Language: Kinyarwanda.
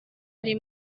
ari